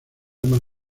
armas